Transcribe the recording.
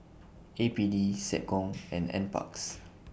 A P D Seccom and NParks